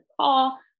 call